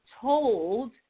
told